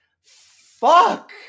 Fuck